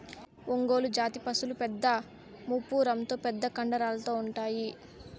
ఒంగోలు జాతి పసులు పెద్ద మూపురంతో పెద్ద కండరాలతో ఉంటాయి